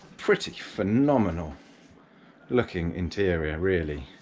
pretty phenomenal looking interior really,